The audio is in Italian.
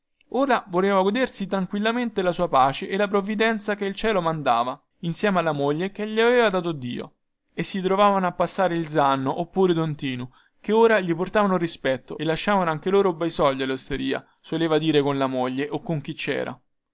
ora voleva godersi tranquillamente la sua pace e la provvidenza che il cielo mandava insieme alla moglie che gli aveva dato dio e se si trovavano a passare il zanno oppure don tinu che ora gli portavano rispetto e lasciavano anche loro bei soldi allosteria soleva dire con la moglie o con chi cera